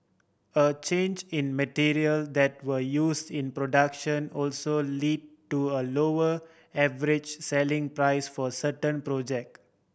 a change in material that were use in production also led to a lower average selling price for certain project